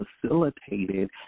facilitated